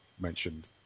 mentioned